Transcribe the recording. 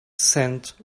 scent